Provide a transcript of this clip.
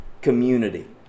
community